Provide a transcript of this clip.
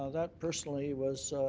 ah that personally was, so